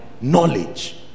knowledge